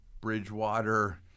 Bridgewater